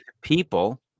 people